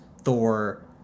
Thor